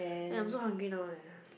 ya I am so hungry now leh